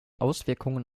auswirkungen